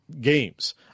games